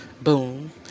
boom